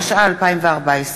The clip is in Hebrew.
התשע"ה 2014,